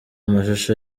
amashusho